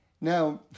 Now